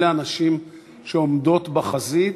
אלה הנשים שעומדות בחזית,